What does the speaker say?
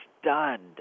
stunned